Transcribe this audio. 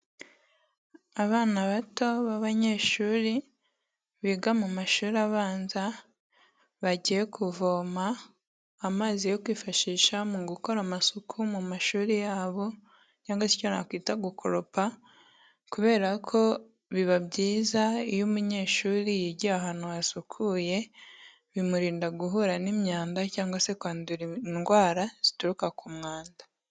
Abana bato b'abanyeshuri biga mu mashuri abanza bagiye kuvoma amazi yo kwifashisha mu gukora amasuku mu mashuri yabo cyangwa se icyo nakwita gukoropa, kubera ko biba byiza iyo umunyeshuri yigiye ahantu hasukuye, bimurinda guhura n'imyanda cyangwa se kwandura indwara zituruka ku mwanda.